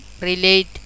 relate